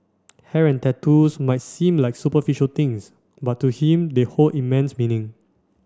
hair and tattoos might seem like superficial things but to him they hold immense meaning